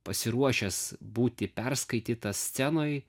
pasiruošęs būti perskaitytas scenoj